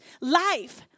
life